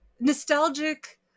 Nostalgic